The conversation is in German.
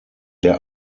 der